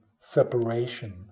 separation